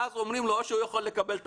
ואז אומרים לו שהוא יכול לקבל את